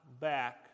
back